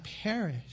perish